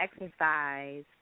exercise